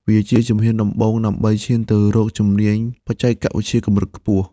វាជាជំហានដំបូងដើម្បីឈានទៅរកជំនាញបច្ចេកវិទ្យាកម្រិតខ្ពស់។